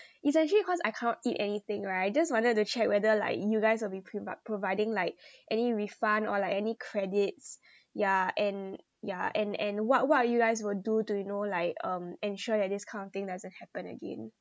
it's actually cause I can't eat anything right just wanted to check whether like you guys will be provide providing like any refund or like any credits yeah and yeah and and what what are you guys will do to you know like um ensure that this kind of thing doesn't happen again